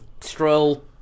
stroll